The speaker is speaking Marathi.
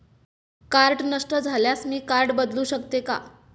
कार्ड नष्ट झाल्यास मी कार्ड बदलू शकते का?